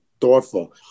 thoughtful